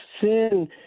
Sin